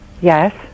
Yes